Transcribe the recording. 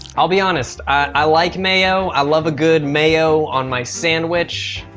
i'll be honest. i like mayo. i love a good mayo on my sandwich.